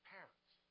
Parents